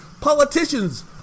Politicians